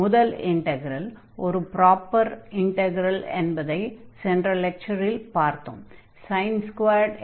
முதல் இன்ட்கரல் ஒரு proper integral என்பதை சென்ற லெக்சரில் பார்த்தோம்